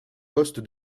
poste